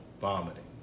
vomiting